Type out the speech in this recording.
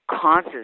causes